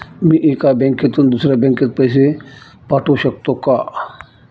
मी एका बँकेतून दुसऱ्या बँकेत पैसे पाठवू शकतो का?